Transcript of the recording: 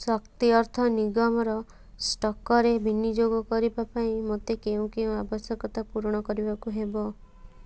ଶକ୍ତି ଅର୍ଥ ନିଗମର ଷ୍ଟକ୍ରେ ବିନିଯୋଗ କରିବା ପାଇଁ ମୋତେ କେଉଁ କେଉଁ ଆବଶ୍ୟକତା ପୂରଣ କରିବାକୁ ହେବ